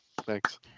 Thanks